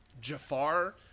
Jafar